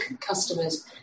customers